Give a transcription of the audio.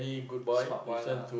smart boy lah